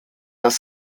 das